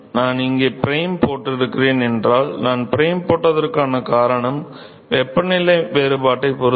நான் இங்கே ப்ரைம் போட்டிருக்கிறேன் என்றால் நான் பிரைம் போட்டதற்கான காரணம் வெப்பநிலை வேறுபாட்டைப் பொறுத்தது